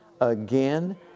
again